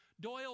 Doyle